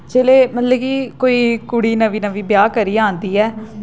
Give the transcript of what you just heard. जेल्लै इक मतलब कि कोई कुड़ी नमीं नमीं ब्याह् करियै औंदी ऐ